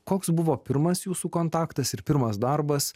koks buvo pirmas jūsų kontaktas ir pirmas darbas